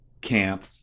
camp